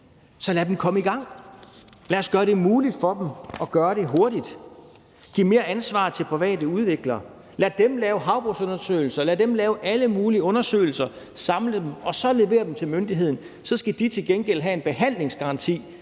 så lad dem komme i gang, lad os gøre det muligt for dem at gøre det hurtigt. Lad os give mere ansvar til private udviklere, lad dem lave havbundsundersøgelser, lad dem lave alle mulige undersøgelser, samle dem og så levere dem til myndigheden. Så skal de til gengæld have en behandlingsgaranti,